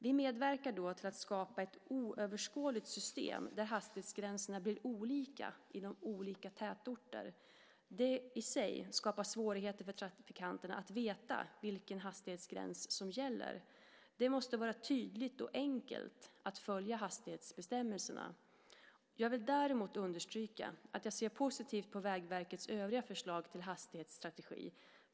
Vi medverkar då till att skapa ett oöverskådligt system där hastighetsgränserna blir olika inom olika tätorter. Det i sig skapar svårigheter för trafikanterna att veta vilken hastighetsgräns som gäller. Det måste vara tydligt och enkelt att följa hastighetsbestämmelserna. Jag vill däremot understryka att jag ser positivt på Vägverkets övriga förslag till hastighetsstrategi.